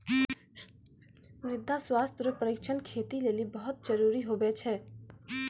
मृदा स्वास्थ्य रो परीक्षण खेती लेली बहुत जरूरी हुवै छै